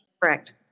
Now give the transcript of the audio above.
Correct